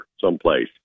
someplace